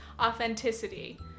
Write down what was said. authenticity